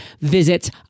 visit